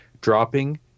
dropping